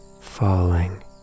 falling